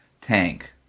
tank